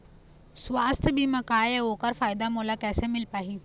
सुवास्थ बीमा का ए अउ ओकर फायदा मोला कैसे मिल पाही?